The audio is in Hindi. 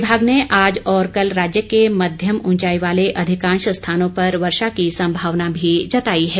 विभाग ने आज और कल राज्य के मध्यम उंचाई वाले अधिकांश स्थानों पर वर्षा की संभावना भी जताई है